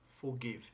forgive